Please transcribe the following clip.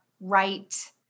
right